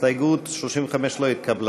הסתייגות 35 לא התקבלה.